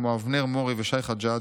כמו אבנר מורי ושי חג'ג',